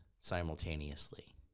simultaneously